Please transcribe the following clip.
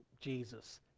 Jesus